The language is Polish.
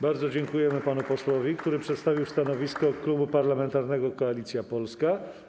Bardzo dziękujemy panu posłowi, który przedstawił stanowisko Klubu Parlamentarnego Koalicja Polska.